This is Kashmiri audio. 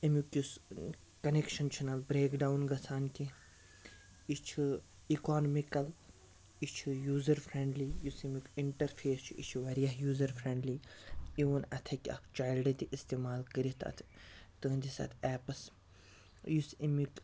اَمیُک یُس کَنٮ۪کشَن چھُنہٕ اَتھ برٛیک ڈاوُن گژھان کینٛہہ یہِ چھُ اِکانمِکَل یہِ چھُ یوٗزَر فرٛٮ۪نٛڈلی یُس اَمیُک اِنٹَرفیس چھُ یہِ چھُ واریاہ یوٗزَر فرٛٮ۪نٛڈلی اِوٕن اَتھ ہیٚکہِ اَکھ چایلڈ تہِ استعمال کٔرِتھ اَتھ تُہٕنٛدِس اَتھ ایپَس یُس اَمیُک